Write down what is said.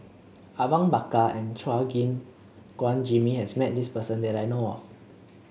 Awang Bakar and Chua Gim Guan Jimmy has met this person that I know of